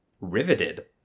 riveted